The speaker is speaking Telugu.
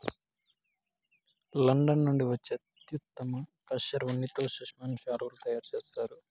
లడఖ్ నుండి వచ్చే అత్యుత్తమ కష్మెరె ఉన్నితో పష్మినా శాలువాలు తయారు చేస్తారు